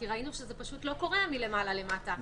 כי ראינו שזה פשוט לא קורה מלמעלה למטה.